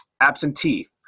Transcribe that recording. absentee